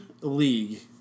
league